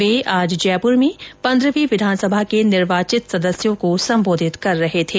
वे आज जयपुर में पंद्रहवीं विधानसभा के निर्वाचित सदस्यों को संबोधित कर रहे थे